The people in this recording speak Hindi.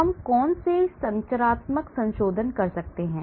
हम कौन से संरचनात्मक संशोधन कर सकते हैं